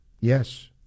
yes